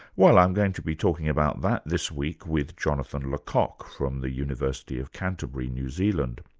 well i'm going to be talking about that this week with jonathan le cocq from the university of canterbury, new zealand.